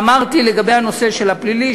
אמרתי לגבי הנושא הפלילי,